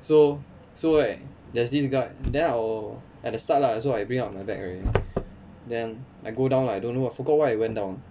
so so right there's this guy then I will at the start lah so I bring up my bag already then I go down lah I don't know I forgot why I went down